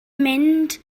mynd